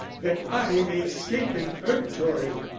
that i may escape in purgatory.